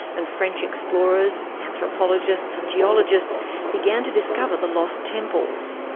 and french explorers, anthropologist and geologists began to discover the lost temples.